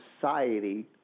society